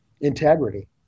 integrity